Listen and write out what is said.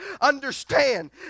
understand